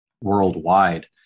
worldwide